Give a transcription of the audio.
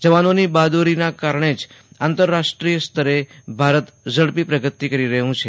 જવાનોની બહાદુરીના કારણે જ આંતરરાષ્ટ્રીય સ્તરે ભારત ઝડપી પ્રગતિ કરી રહ્યું છે